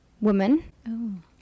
woman